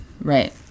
Right